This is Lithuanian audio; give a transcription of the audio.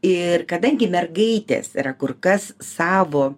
ir kadangi mergaitės yra kur kas savo